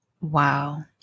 Wow